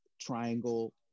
triangle